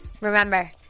remember